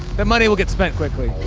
that money will get spent quickly.